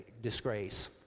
disgrace